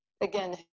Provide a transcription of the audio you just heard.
again